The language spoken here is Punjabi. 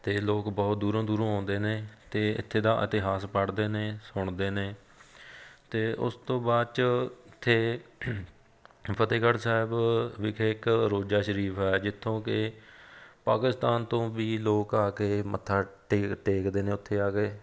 ਅਤੇ ਲੋਕ ਬਹੁਤ ਦੂਰੋਂ ਦੂਰੋਂ ਆਉਂਦੇ ਨੇ ਅਤੇ ਇੱਥੇ ਦਾ ਇਤਿਹਾਸ ਪੜ੍ਹਦੇ ਨੇ ਸੁਣਦੇ ਨੇ ਅਤੇ ਉਸ ਤੋਂ ਬਾਅਦ 'ਚ ਇੱਥੇ ਫਤਿਹਗੜ੍ਹ ਸਾਹਿਬ ਵਿਖੇ ਇੱਕ ਰੋਜ਼ਾ ਸ਼ਰੀਫ ਹੈ ਜਿੱਥੋਂ ਕਿ ਪਾਕਿਸਤਾਨ ਤੋਂ ਵੀ ਲੋਕ ਆ ਕੇ ਮੱਥਾ ਟੇਕ ਟੇਕਦੇ ਨੇ ਉੱਥੇ ਆ ਕੇ